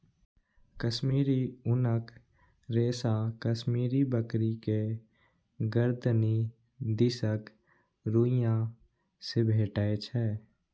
कश्मीरी ऊनक रेशा कश्मीरी बकरी के गरदनि दिसक रुइयां से भेटै छै